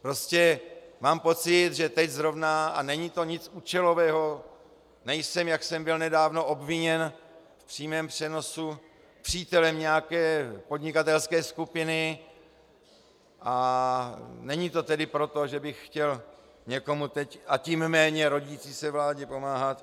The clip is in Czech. Prostě mám pocit, že teď zrovna a není to nic účelového, nejsem, jak jsem byl nedávno obviněn v přímém přenosu, přítelem nějaké podnikatelské skupiny, a není to tedy proto, že bych chtěl někomu teď, a tím méně rodící se vládě, pomáhat.